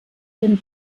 den